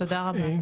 תודה רבה.